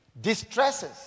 Distresses